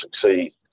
succeed